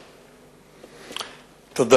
תודה.